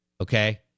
okay